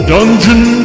Dungeon